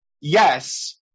yes